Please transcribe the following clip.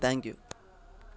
thank you